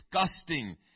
disgusting